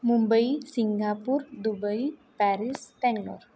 Mumbai Singapore Dubai Paris Bangalore